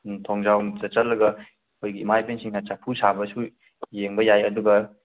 ꯊꯣꯡꯖꯥꯎꯔꯣꯝꯗ ꯆꯠꯂꯒ ꯑꯩꯈꯣꯏꯒꯤ ꯏꯃꯥ ꯏꯕꯦꯟꯁꯤꯡꯅ ꯆꯐꯨ ꯁꯥꯕꯁꯨ ꯌꯦꯡꯕ ꯌꯥꯏ ꯑꯗꯨꯒ